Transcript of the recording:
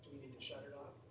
need to shut it off?